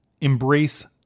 embrace